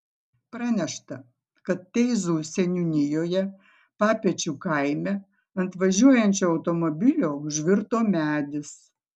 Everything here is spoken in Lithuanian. pranešta kad teizų seniūnijoje papečių kaime ant važiuojančio automobilio užvirto medis